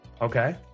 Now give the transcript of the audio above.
Okay